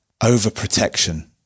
overprotection